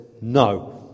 No